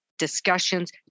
discussions